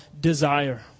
desire